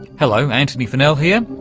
hello, antony funnell here,